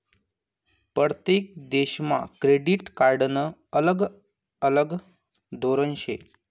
परतेक देशमा क्रेडिट कार्डनं अलग अलग धोरन शे